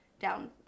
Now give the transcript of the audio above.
down